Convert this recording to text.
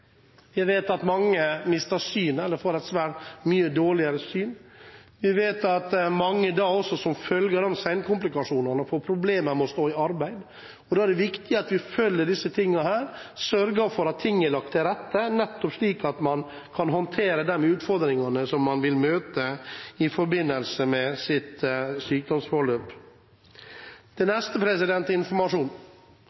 vet at mange mister synet eller får et svært mye dårligere syn. Vi vet at mange som følge av senkomplikasjoner får problemer med å stå i arbeid. Da er det viktig at vi følger opp dette og sørger for at ting er lagt til rette, slik at man kan håndtere de utfordringene man vil møte i forbindelse med sykdomsforløpet. Det neste er informasjon. Informasjon til den enkelte er svært viktig. Det